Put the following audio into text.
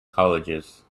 colleges